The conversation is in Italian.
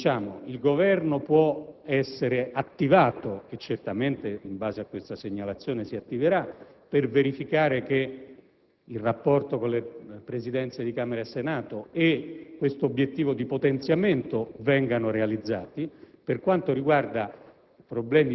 Quindi il Governo può essere attivato - e certamente in base a questa segnalazione si attiverà - per verificare che il rapporto con le Presidenze di Camera e Senato e l'obiettivo di potenziamento vengano realizzati. Per quanto riguarda